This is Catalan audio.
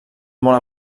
molt